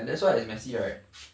and that's why it's messy right